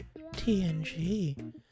TNG